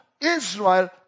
Israel